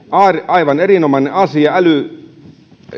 aivan erinomainen asia